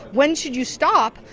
when should you stop?